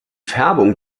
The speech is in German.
färbung